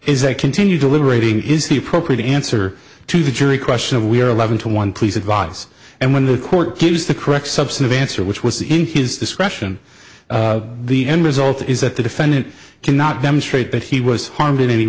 is they continue deliberating his the appropriate answer to the jury question of we are eleven to one please advise and when the court gives the correct subset of answer which was in his discretion the end result is that the defendant cannot demonstrate that he was harmed in any